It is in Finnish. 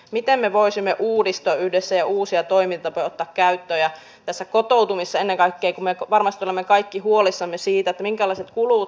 mitä me voisimme uudistua yhdessä ja uusia toimintakautta käyttäjät tässä kotoutumisen ekan keikumme varmasti me kaikki huolissamme siitä minkälaiset kulut